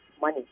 money